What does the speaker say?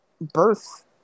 birth